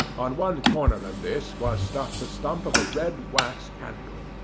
on one corner of this was stuck the stump of a red wax candle.